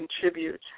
contribute